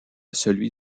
celui